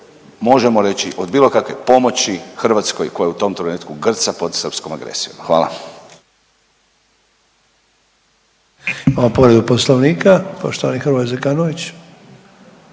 možemo reći, od bilo kakve pomoći Hrvatskoj koja u tom trenutku grca pod srpskom agresijom, hvala.